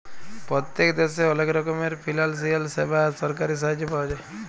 পত্তেক দ্যাশে অলেক রকমের ফিলালসিয়াল স্যাবা আর সরকারি সাহায্য পাওয়া যায়